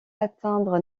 atteindre